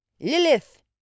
Lilith